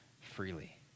freely